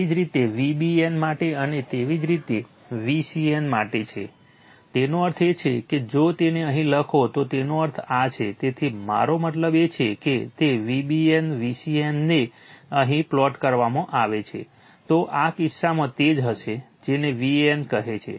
તેવી જ રીતે Vbn માટે અને તેવી જ રીતે Vcn માટે છે તેનો અર્થ એ છે કે જો તેને અહીં લખો તો તેનો અર્થ આ છે તેથી મારો મતલબ એ છે કે તે Vbn Vcn ને અહીં પ્લોટ કરવામાં આવે છે તો આ કિસ્સામાં તે જ હશે જેને Van કહે છે